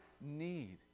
need